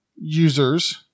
users